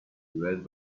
read